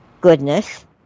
goodness